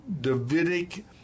Davidic